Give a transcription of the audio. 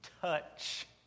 touch